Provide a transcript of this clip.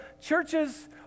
churches